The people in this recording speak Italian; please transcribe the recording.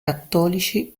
cattolici